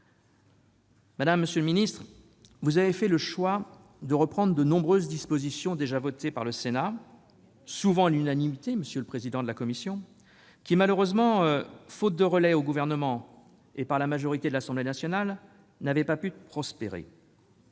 ministre, monsieur le ministre, vous avez fait le choix de reprendre de nombreuses dispositions déjà votées par le Sénat, souvent à l'unanimité, qui, malheureusement, faute de relais au Gouvernement et au sein de la majorité de l'Assemblée nationale, n'avaient pas pu prospérer.